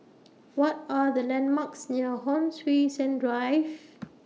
What Are The landmarks near Hon Sui Sen Drive